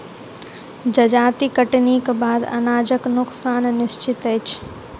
जजाति कटनीक बाद अनाजक नोकसान निश्चित अछि